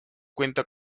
cuenta